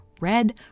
red